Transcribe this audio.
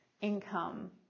income